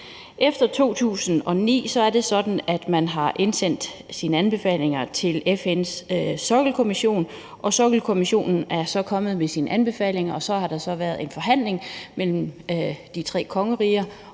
at man har indsendt sine anbefalinger til FN's Sokkelkommission, og Sokkelkommissionen er så kommet med sine anbefalinger, og så har der så været en forhandling mellem de tre kongeriger.